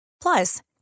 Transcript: Plus